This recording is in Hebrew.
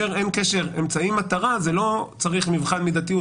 כאשר אין קשר אמצעי-מטרה לא צריך מבחן מידתיות,